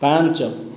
ପାଞ୍ଚ